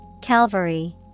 Calvary